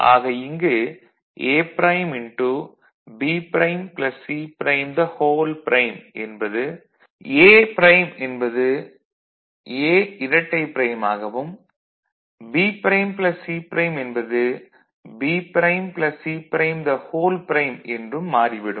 ஆக இங்கு A'B' C" என்பது A' என்பது A இரட்டைப் ப்ரைம் ஆகவும் B' C' என்பது B' C" என்றும் மாறி விடும்